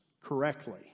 correctly